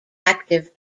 active